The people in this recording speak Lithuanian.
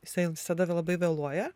jisai visada labai vėluoja